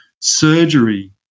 surgery